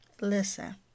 Listen